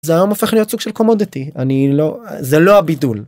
זה היום הופך להיות סוג של קומודטי אני לא זה לא הבידול.